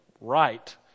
right